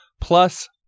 Plus